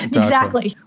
exactly.